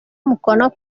umukono